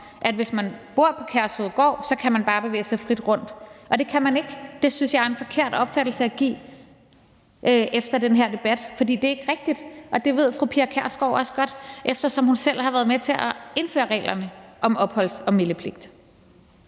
at hvis man bor på Kærshovedgård, kan man bare bevæge sig frit rundt, men det kan man ikke. Det synes jeg er en forkert opfattelse af at give efter den her debat. For det er ikke rigtigt, og det ved fru Pia Kjærsgaard også godt, eftersom hun selv har været med til at indføre reglerne om opholds- og meldepligt.